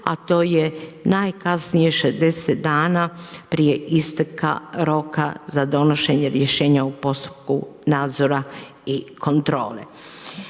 a to je najkasnije 60 dana prije isteka roka za donošenje rješenja u postupku nadzora i kontrole.